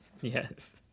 Yes